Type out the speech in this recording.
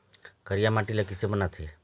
करिया माटी ला किसे बनाथे?